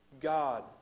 God